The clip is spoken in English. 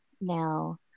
Now